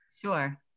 sure